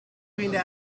pulizie